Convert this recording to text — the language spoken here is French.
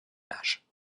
age